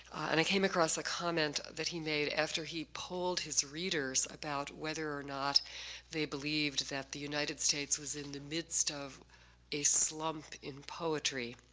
and i came across a comment that he made after he polled his readers about whether or not they believed that the united states was in the midst of a slump in poetry.